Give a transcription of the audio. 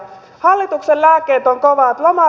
hallituksen lääkkeet ovat kovat